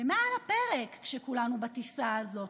ומה על הפרק, כשכולנו בטיסה הזאת?